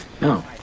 No